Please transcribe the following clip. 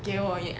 给我 ya